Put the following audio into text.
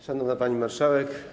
Szanowna Pani Marszałek!